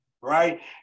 right